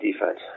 defense